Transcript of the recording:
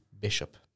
Bishop